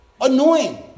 annoying